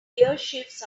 gearshifts